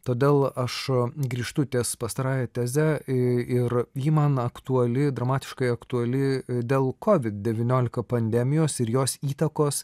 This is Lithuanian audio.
todėl aš grįžtu ties pastarąja teze ir ji man aktuali dramatiškai aktuali dėl kovid devyniolika pandemijos ir jos įtakos